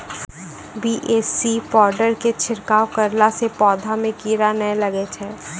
BAC powder के छिड़काव करला से पौधा मे कीड़ा नैय लागै छै?